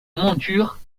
monture